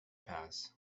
pass